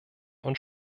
und